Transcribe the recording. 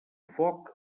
foc